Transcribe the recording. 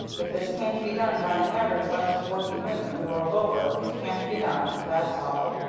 if this can't be done by an average bunch of working women the world over, it can't be done that's all!